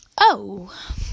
Oh